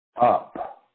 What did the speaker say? up